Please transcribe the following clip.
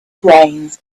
brains